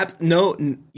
no